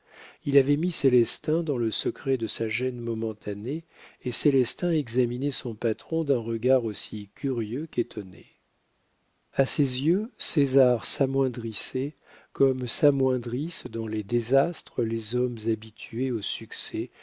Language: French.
il avait mis célestin dans le secret de sa gêne momentanée et célestin examinait son patron d'un regard aussi curieux qu'étonné à ses yeux césar s'amoindrissait comme s'amoindrissent dans les désastres les hommes habitués au succès